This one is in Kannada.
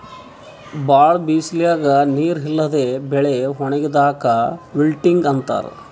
ಭಾಳ್ ಬಿಸಲಿಗ್ ನೀರ್ ಇಲ್ಲದೆ ಬೆಳಿ ಒಣಗದಾಕ್ ವಿಲ್ಟಿಂಗ್ ಅಂತಾರ್